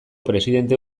presidente